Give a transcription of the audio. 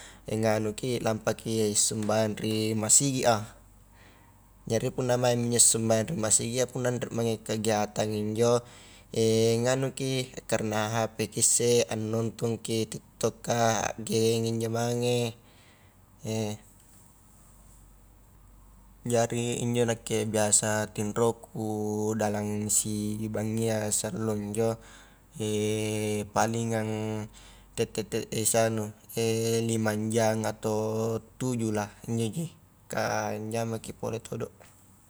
nganuki, lampaki sumbayang ri masigi a, jari punna maingmi injo a sumbayang ri masigi a punna anre mange kegiatan injo nganuki akkarena hp ki isse, anontongki tiktokka, a gem injo mange, jari injo nakke biasa tinroku dalam sibangia siallo injo palingang tette-tet sianu limang jang atau tuju lah, injoji kah anjamaki pole todo.